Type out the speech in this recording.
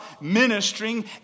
ministering